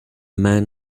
man